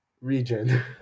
region